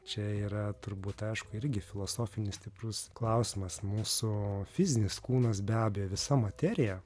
čia yra turbūt aišku irgi filosofinis stiprus klausimas mūsų fizinis kūnas be abejo visa materija